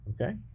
Okay